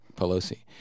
Pelosi